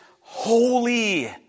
holy